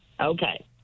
Okay